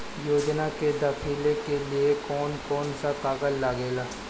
योजनाओ के दाखिले के लिए कौउन कौउन सा कागज लगेला?